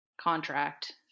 contract